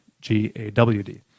G-A-W-D